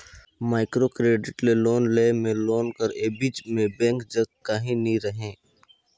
micro credit ले loan लेय में लोन कर एबज में बेंक जग काहीं नी रहें